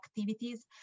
activities